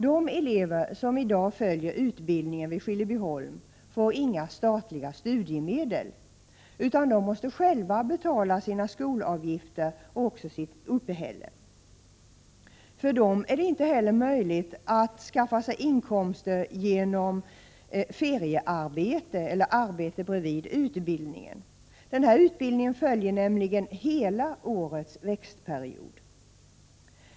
De elever som i dag följer utbildningen vid Skillebyholm får inte statliga studiemedel, utan de måste själva betala sina skolavgifter och sitt uppehälle. För dem är det inte heller möjligt att skaffa sig inkomster genom feriearbete eller arbete bredvid utbildningen. Denna utbildning följer nämligen hela årets växtperiod.